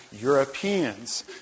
Europeans